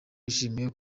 bishimiye